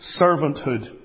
servanthood